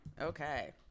Okay